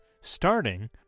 starting